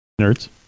Nerds